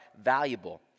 valuable